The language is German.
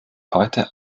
heute